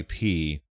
IP